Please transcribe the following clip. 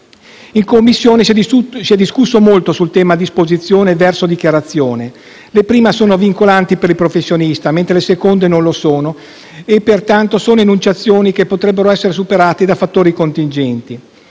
In Commissione si è discusso molto sul termine disposizioni *versus* dichiarazioni. Le prime sono vincolanti per il professionista, mentre le seconde non lo sono e pertanto sono enunciazioni che potrebbero essere superate da fattori contingenti.